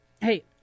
hey